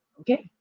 okay